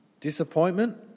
disappointment